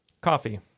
coffee